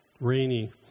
rainy